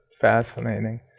fascinating